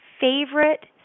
favorite